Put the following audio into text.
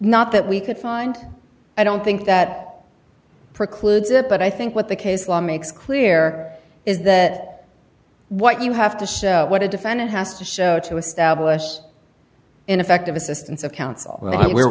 not that we could find i don't think that precludes it but i think what the case law makes clear is that what you have to show what a defendant has to show to establish ineffective assistance of counsel we